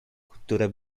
które